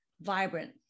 vibrant